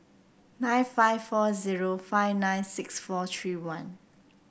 nine five four zero five nine six four three one